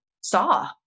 saw